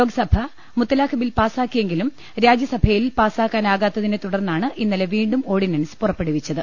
ലോക്സഭ മുത്തലാഖ് ബിൽ പാസാക്കിയെങ്കിലും രാജ്യസഭയിൽ പാസാ ക്കാനാകാത്തിനെതുടർന്നാണ് ഇന്നലെ വീണ്ടും ഓർഡിനൻസ് പുറപ്പെട് ടുവിച്ചത്